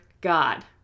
God